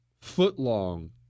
foot-long